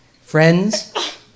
friends